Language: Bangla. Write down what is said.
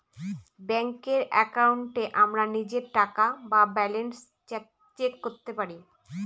ব্যাঙ্কের একাউন্টে আমরা নিজের টাকা বা ব্যালান্স চেক করতে পারি